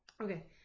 Okay